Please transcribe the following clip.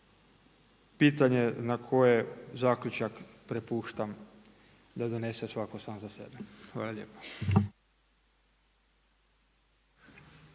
pitanje na koje zaključak prepuštam da donese svako sam za sebe. Hvala lijepa.